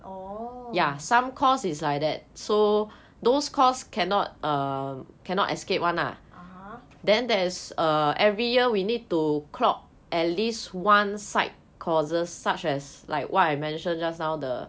orh (uh huh)